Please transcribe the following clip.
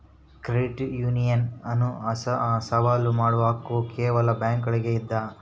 credit union ಅನ್ನು ಸವಾಲು ಮಾಡುವ ಹಕ್ಕು ಕೇವಲ ಬ್ಯಾಂಕುಗುಳ್ಗೆ ಇದ